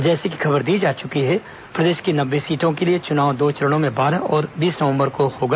जैसी कि खबर दी जा चुकी है प्रदेश की नब्बे सीटों के लिए चुनाव दो चरणों में बारह और बीस नवम्बर को होगा